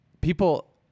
people